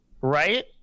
right